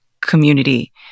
community